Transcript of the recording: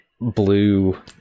blue